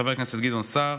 של חבר הכנסת גדעון סער,